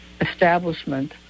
establishment